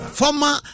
former